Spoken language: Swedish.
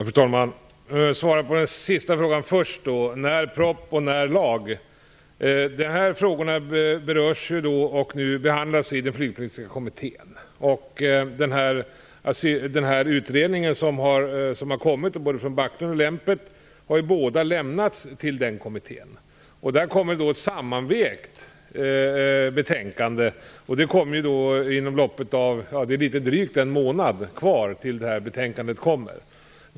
Fru talman! Jag svarar på den sista frågan först, när proposition och lag kommer. De här frågorna behandlas i den flyktingpolitiska kommittén. Både Backlund och Lempert har lämnat sin utredning till den kommittén. Därifrån kommer ett sammanvägt betänkande. Det är litet drygt en månad kvar tills det betänkandet kommer.